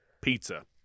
Pizza